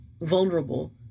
vulnerable